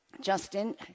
Justin